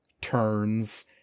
Turns